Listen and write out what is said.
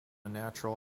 natural